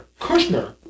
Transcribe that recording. Kushner